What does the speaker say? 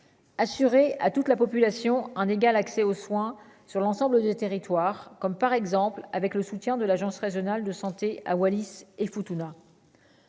assurer à toute la population, un égal accès aux soins sur l'ensemble du territoire comme, par exemple, avec le soutien de l'Agence Régionale de Santé à Wallis et Futuna,